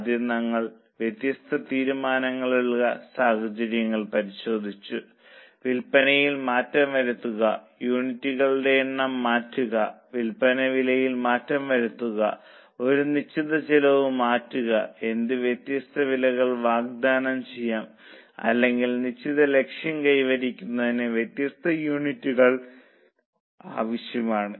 ആദ്യം നമ്മൾ വ്യത്യസ്ത തീരുമാനങ്ങളുടെ സാഹചര്യങ്ങൾ പരിശോധിച്ചു വിൽപ്പനയിൽ മാറ്റം വരുത്തുക യൂണിറ്റുകളുടെ എണ്ണം മാറ്റുക വിൽപ്പന വിലയിൽ മാറ്റം വരുത്തുക ഒരു നിശ്ചിത ചെലവ് മാറ്റുക എന്ത് വ്യത്യസ്ത വിലകൾ വാഗ്ദാനം ചെയ്യാം അല്ലെങ്കിൽ നിശ്ചിത ലക്ഷ്യം കൈവരിക്കുന്നതിന് എന്തൊക്കെ വ്യത്യസ്ത യൂണിറ്റുകൾ ആവശ്യമാണ്